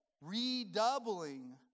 redoubling